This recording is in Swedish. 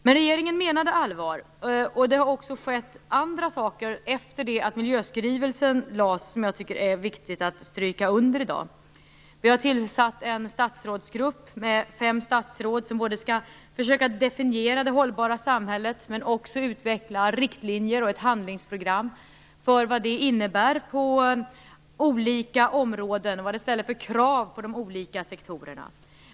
Men regeringen menade allvar, och det har efter det att miljöskrivelsen lades fram också skett andra saker som jag tycker att det är viktigt att stryka under i dag. Det har tillsatts en statsrådsgrupp med fem statsråd, som skall försöka både att definiera det hållbara samhället och att utveckla riktlinjer och ett handlingsprogram med krav på de olika sektorerna.